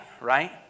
right